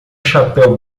chapéu